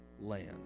land